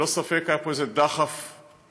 ללא ספק, היה פה איזה דחף עליון,